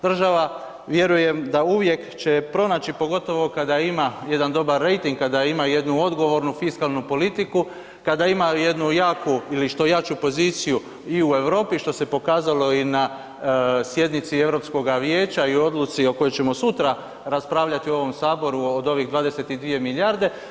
Država vjerujem da uvijek će pronaći, pogotovo kada ima jedan dobar rejting, kada ima jednu odgovornu fiskalnu politiku, kada ima jednu jaku ili što jaču poziciju i u Europi, što se pokazalo i na sjednici EU vijeća i o odluci o kojoj ćemo sutra raspravljati u ovom Saboru od ovih 22 milijarde.